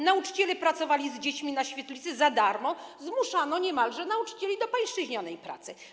Nauczyciele pracowali z dziećmi na świetlicy za darmo, zmuszano niemalże nauczycieli do pańszczyźnianej pracy.